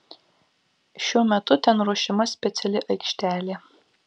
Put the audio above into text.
šiuo metu ten ruošiama speciali aikštelė